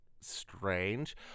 strange